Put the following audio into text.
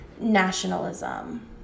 nationalism